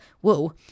whoa